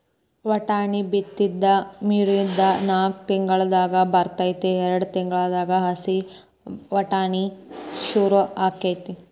ವಟಾಣಿ ಬಿತ್ತಿದ ಮೂರಿಂದ ನಾಕ್ ತಿಂಗಳದಾಗ ಬರ್ತೈತಿ ಎರ್ಡ್ ತಿಂಗಳದಾಗ ಹಸಿ ವಟಾಣಿ ಸುರು ಅಕೈತಿ